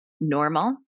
normal